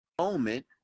moment